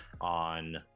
on